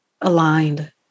aligned